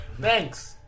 Thanks